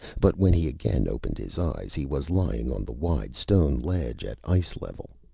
but when he again opened his eyes, he was lying on the wide stone ledge at ice-level.